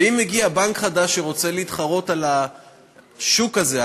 ואם מגיע בנק חדש שרוצה להתחרות על השוק הזה,